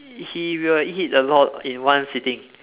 he will eat a lot in one sitting